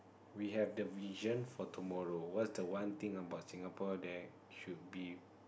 we have the vision for tomorrow what's the one thing about Singapore that should be